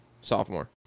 sophomore